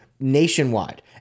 nationwide